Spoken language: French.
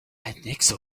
annexe